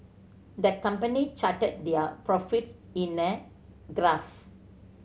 the company charted their profits in a graph